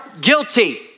guilty